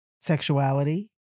Sexuality